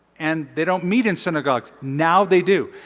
and they don't meet in synagogues. now they do.